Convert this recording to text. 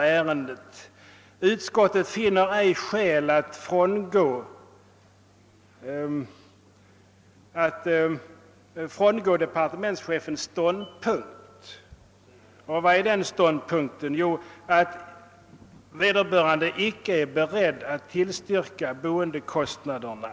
följande: »Utskottet finner ej skäl att frångå departementschefens ståndpunkt.« Vilken är den ståndpunkten? Jo, den är att vederbörande »inte är beredd att tillstyrka boendekostnaderna».